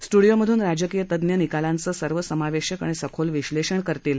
स्टूडिओमधून राजकीय तज्ञ निकालांचं सर्व समावेशक ाणि सखोल विश्वेषण करतील